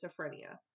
schizophrenia